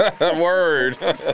Word